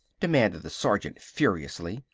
demanded the sergeant furiously.